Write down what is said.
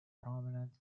prominent